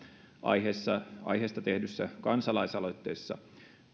aiheesta tehdyssä kansalaisaloitteessa